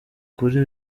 kuri